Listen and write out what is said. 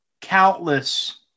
Countless